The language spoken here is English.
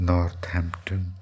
Northampton